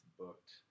booked